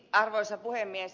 arvoisa puhemies